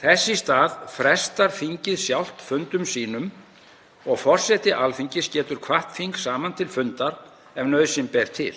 Þess í stað frestar þingið sjálft fundum sínum og forseti Alþingis getur kvatt þing saman til fundar ef nauðsyn ber til.